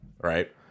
right